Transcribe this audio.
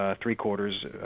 three-quarters